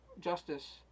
justice